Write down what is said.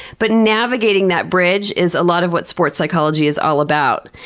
but navigating that bridge is a lot of what sports psychology is all about.